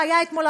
שהיה אתמול,